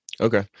Okay